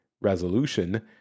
resolution